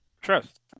trust